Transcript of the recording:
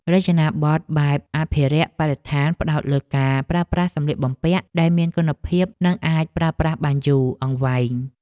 រចនាប័ទ្មបែបអភិរក្សបរិស្ថានផ្តោតលើការប្រើប្រាស់សម្លៀកបំពាក់ដែលមានគុណភាពនិងអាចប្រើបានយូរអង្វែង។